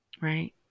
Right